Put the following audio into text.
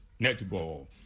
Netball